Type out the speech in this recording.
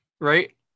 Right